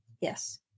Yes